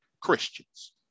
Christians